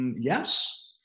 Yes